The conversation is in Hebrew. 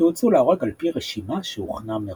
שהוצאו להורג על פי רשימה שהוכנה מראש.